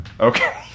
Okay